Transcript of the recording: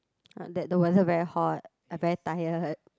uh that the weather very hot I very tired